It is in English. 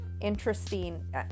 interesting